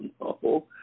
no